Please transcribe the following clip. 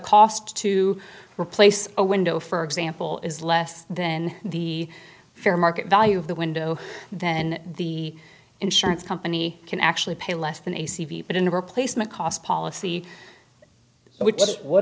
cost to replace a window for example is less than the fair market value of the window then the insurance company can actually pay less than a c v but in the replacement cost policy